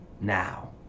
now